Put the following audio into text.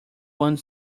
one